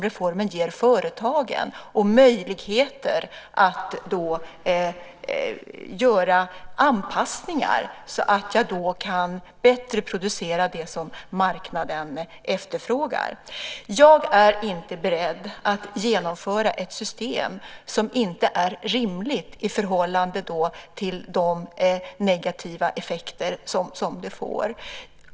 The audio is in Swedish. De har då möjligheter att göra anpassningar så att de bättre kan producera det som marknaden efterfrågar. Jag är inte beredd att genomföra ett system som inte är rimligt i förhållande till de negativa effekter som det får.